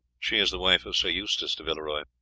she is the wife of sir eustace de villeroy.